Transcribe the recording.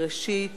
ראשית,